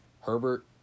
Herbert